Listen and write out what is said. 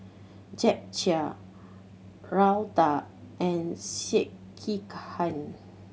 Japchae Raita and Sekihan